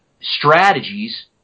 strategies